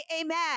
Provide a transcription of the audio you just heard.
amen